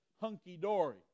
hunky-dory